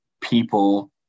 people